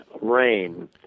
rain